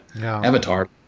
Avatar